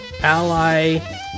Ally